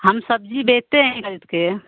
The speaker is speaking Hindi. हम सब्ज़ी बेचते हैं के